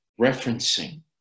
referencing